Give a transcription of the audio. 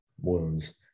wounds